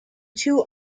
two